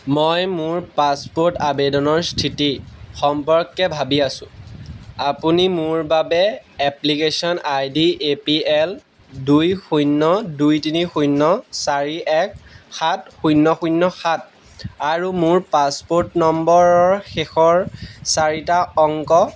মই মোৰ পাছপ'ৰ্ট আবেদনৰ স্থিতি সম্পৰ্কে ভাবি আছো আপুনি মোৰ বাবে application ID A P L দুই শূন্য দুই তিনি শূন্য চাৰি এক সাত শূন্য শূন্য সাত আৰু মোৰ পাছপোৰ্ট নম্বৰৰ শেষৰ চাৰিটা অংক